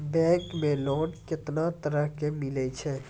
Bank मे loan कैतना तरह के मिलै छै?